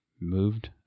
moved